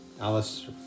Alice